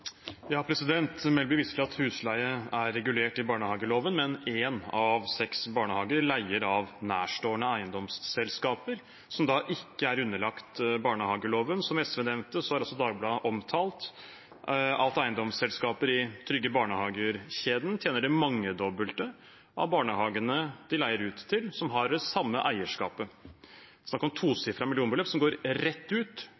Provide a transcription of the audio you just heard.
regulert i barnehageloven, men én av seks barnehager leier av nærstående eiendomsselskaper, som da ikke er underlagt barnehageloven. Som SV nevnte, har Dagbladet omtalt at eiendomsselskaper i Trygge Barnehager-kjeden tjener det mangedobbelte av barnehagene de leier ut til, som har det samme eierskapet. Det er her snakk om tosifrede millionbeløp som går rett ut